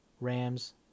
Rams